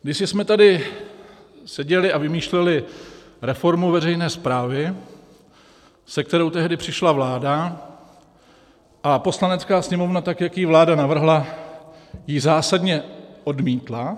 Kdysi jsme tady seděli a vymýšleli reformu veřejné správy, se kterou tehdy přišla vláda, a Poslanecká sněmovna tak, jak ji vláda navrhla, ji zásadně odmítla.